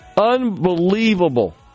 Unbelievable